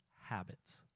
habits